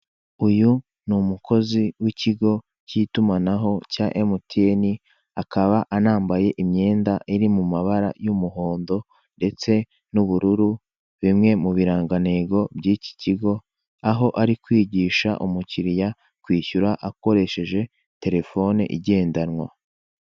Uyu ni umukozi w'ikigo cy'itumanaho cya MTN, akaba anambaye imyenda iri mu mabara y'umuhondo ndetse n'ubururu, bimwe mu birangantego by'iki kigo; aho ari kwigisha umukiriya kwishyura akoresheje telefone igendanwa.